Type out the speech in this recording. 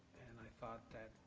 and i thought that,